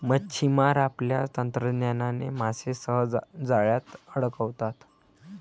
मच्छिमार आपल्या तंत्रज्ञानाने मासे सहज जाळ्यात अडकवतात